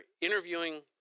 interviewing